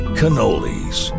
cannolis